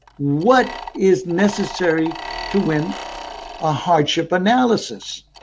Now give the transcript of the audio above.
what is necessary to win ah hardship analysis?